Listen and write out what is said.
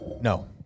No